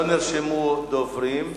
לא נרשמו דוברים.